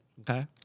Okay